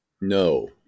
No